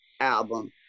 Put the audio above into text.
album